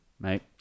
mate